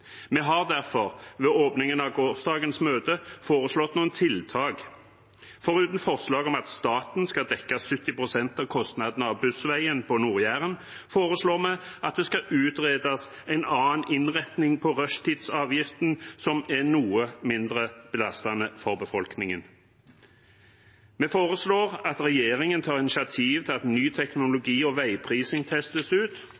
Vi har derfor, ved åpningen av dagens møte, foreslått noen tiltak i et representantforslag. Foruten forslag om at staten skal dekke 70 pst. av kostnadene av «Bussveien» på Nord-Jæren, foreslår vi at det skal utredes en annen innretning på rushtidsavgiften, som er noe mindre belastende for befolkningen. Vi foreslår at regjeringen tar initiativ til at ny teknologi og veiprising testes ut